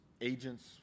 agents